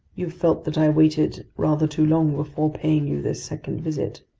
you've felt that i waited rather too long before paying you this second visit.